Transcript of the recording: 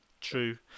True